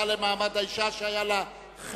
הוועדה למעמד האשה, שהיה לה חלק.